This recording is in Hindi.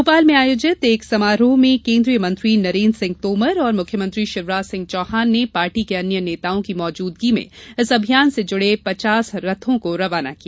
भोपाल में आयोजित एक समारोह में केन्द्रीय मंत्री नरेन्द्र सिंह तोमर और मुख्यमंत्री शिवराज सिंह चौहान ने पार्टी के अन्य नेताओं की मौजूदगी में इस अभियान से जुडे पचास रथों को रवाना किया